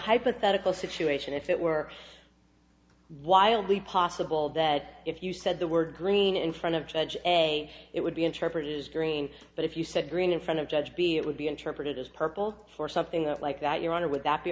hypothetical situation if it were wildly possible that if you said the word green in front of judge a it would be interpreted as green but if you said green in front of judge b it would be interpreted as purple or something like that your honor would that be